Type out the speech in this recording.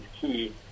key